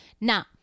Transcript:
Now